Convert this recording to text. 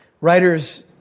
Writers